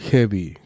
Heavy